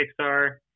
pixar